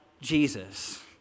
Jesus